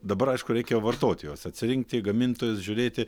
dabar aišku reikia vartoti juos atsirinkti gamintojas žiūrėti